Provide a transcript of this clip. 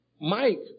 Mike